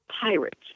pirates